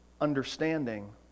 understanding